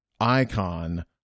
icon